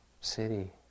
city